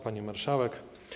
Pani Marszałek!